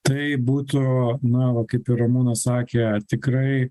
tai būtų na va kaip ir ramūnas sakė tikrai